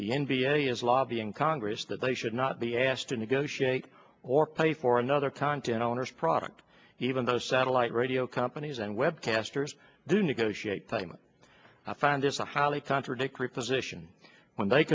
the n b a is lobbying congress that they should not be asked to negotiate or pay for another content owners product even though satellite radio companies and web casters do negotiate payment i find this a highly contradictory position when they